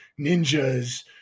ninjas